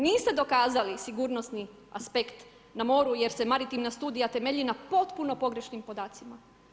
Niste dokazali sigurnosni aspekt na moru, jer se narativna studija temelji na potpuno pogrešnim podacima.